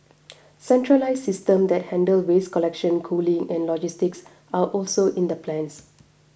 centralised systems that handle waste collection cooling and logistics are also in the plans